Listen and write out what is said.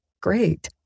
Great